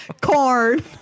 corn